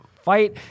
fight